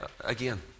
again